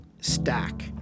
stack